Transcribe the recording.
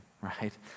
right